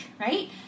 right